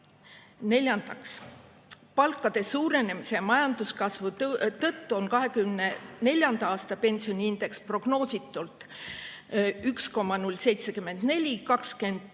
Neljandaks, palkade suurenemise ja majanduskasvu tõttu on 2024. aasta pensioniindeks prognoositult 1,074,